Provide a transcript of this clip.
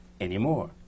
anymore